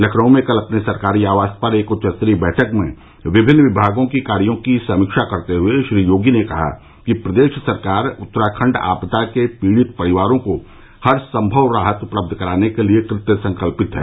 लखनऊ में कल अपने सरकारी आवास पर एक उच्चस्तरीय बैठक में विभिन्न विभागों के कार्यो की समीक्षा करते हुए श्री योगी ने कहा कि प्रदेश सरकार उत्तराखण्ड आपदा के पीड़ित परिवारों को हरसम्भव राहत उपलब्ध कराने के लिए कृतसंकल्पित है